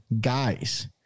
guys